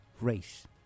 race